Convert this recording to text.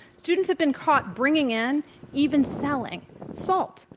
students have been caught bringing in even selling salt,